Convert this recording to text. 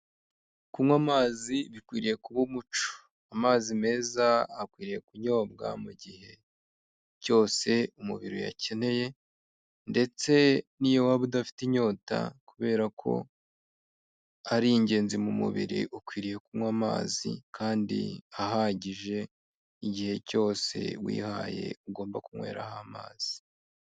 Kunywa amazi bikwiriye kuba umuco, amazi meza akwiriye kunyobwa mu gihe cyose umubiri uyakeneye ndetse n'iyo waba udafite inyota, kubera ko ari ingenzi mu mubiri ukwiriye kunywa amazi kandi ahagije igihe cyose wihaye ugomba kunyweraho amazi.